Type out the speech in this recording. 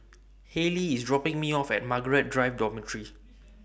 Haylie IS dropping Me off At Margaret Drive Dormitory